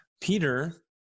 Peter